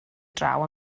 draw